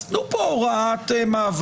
אז תנו פה הוראת מעבר,